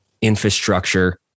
infrastructure